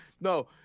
No